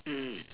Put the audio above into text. mm